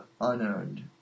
unearned